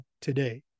today